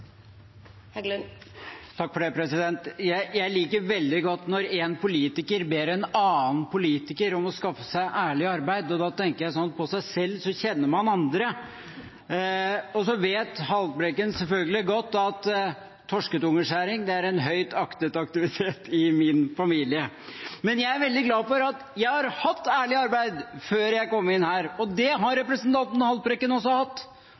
Jeg liker veldig godt når en politiker ber en annen politiker om å skaffe seg et ærlig arbeid. Da tenker jeg slik: På seg selv kjenner man andre. Så vet representanten Haltbrekken selvfølgelig godt at torsketungeskjæring er en høyt aktet aktivitet i min familie. Jeg er veldig glad for at jeg har hatt et ærlig arbeid før jeg kom inn her. Det har også representanten Haltbrekken hatt.